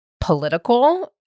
political